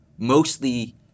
mostly